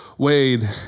Wade